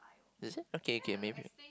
is that okay okay maybe